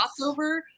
crossover